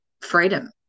freedom